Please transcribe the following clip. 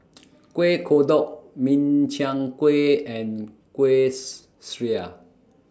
Kuih Kodok Min Chiang Kueh and Kuih Syara